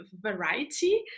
variety